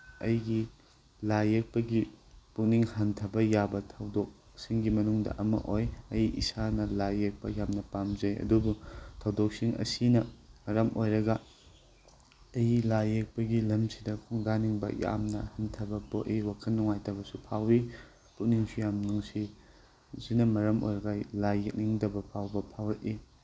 ꯑꯩꯒꯤ ꯂꯥꯏ ꯌꯦꯛꯄꯒꯤ ꯄꯨꯛꯅꯤꯡ ꯍꯟꯊꯕ ꯌꯥꯕ ꯊꯧꯗꯣꯛꯁꯤꯡꯒꯤ ꯃꯅꯨꯡꯗ ꯑꯃ ꯑꯣꯏ ꯑꯩ ꯏꯁꯥꯅ ꯂꯥꯏ ꯌꯦꯛꯄ ꯌꯥꯝꯅ ꯄꯥꯝꯖꯩ ꯑꯗꯨꯕꯨ ꯊꯧꯗꯣꯛꯁꯤꯡ ꯑꯁꯤꯅ ꯃꯔꯝ ꯑꯣꯏꯔꯒ ꯑꯩꯒꯤ ꯂꯥꯏ ꯌꯦꯛꯄꯒꯤ ꯂꯝꯁꯤꯗ ꯈꯣꯡꯗꯥꯅꯤꯡꯕ ꯌꯥꯝꯅ ꯍꯟꯊꯕ ꯄꯣꯛꯏ ꯋꯥꯈꯜ ꯅꯨꯡꯉꯥꯏꯇꯕꯁꯨ ꯐꯥꯎꯋꯤ ꯄꯨꯛꯅꯤꯡꯁꯨ ꯌꯥꯝ ꯅꯨꯡꯁꯤ ꯃꯁꯤꯅ ꯃꯔꯝ ꯑꯣꯏꯔꯒ ꯑꯩꯒꯤ ꯂꯥꯏ ꯌꯦꯛꯅꯤꯡꯗꯕ ꯐꯥꯎꯕ ꯐꯥꯎꯔꯛꯏ